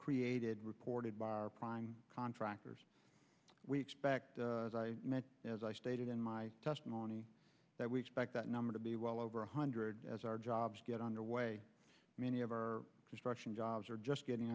created reported by our prime contractors we expect as i stated in my testimony that we expect that number to be well over one hundred as our jobs get underway many of our construction jobs are just getting